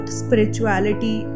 spirituality